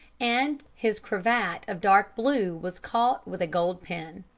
and his cravat of dark blue was caught with a gold pin.